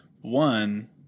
One